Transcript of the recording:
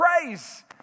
praise